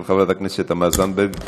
של חברת הכנסת תמר זנדברג.